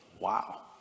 wow